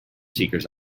seekers